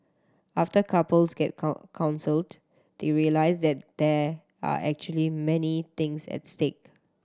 after couples get count counselled they realise that there are actually many things at stake